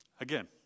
Again